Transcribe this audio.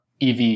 EV